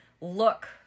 look